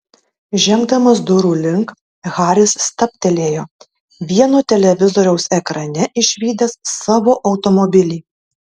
žengdamas durų link haris stabtelėjo vieno televizoriaus ekrane išvydęs savo automobilį